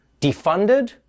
defunded